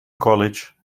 college